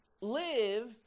live